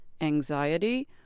anxiety